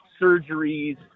surgeries